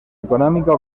económica